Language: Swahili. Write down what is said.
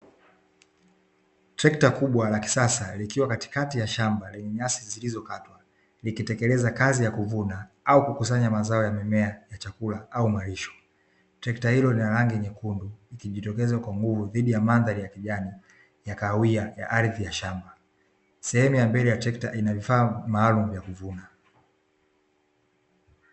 Trekta kubwa la kisasa likiwa katikati ya shamba lenye nyasi zilizo katwa likitekeleza kazi ya kuvuna au kukusanya mazao ya mimea ya chakula au marisho. Trekta hilo Lina rangi nyekundu ikijitokeza kwa nguvu dhidi ya mandhari ya kijani, ya kahawia ya ardhi ya shamba. Sehemu ya mbele ya trekta inavifaa mbali mbali kwa ajili ya kuvuna.